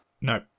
No